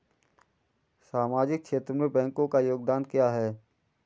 सामाजिक क्षेत्र में बैंकों का योगदान क्या है?